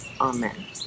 Amen